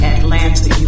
Atlanta